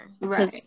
right